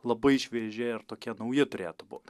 labai švieži ir tokie nauji turėtų būt